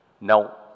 Now